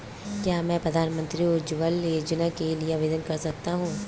क्या मैं प्रधानमंत्री उज्ज्वला योजना के लिए आवेदन कर सकता हूँ?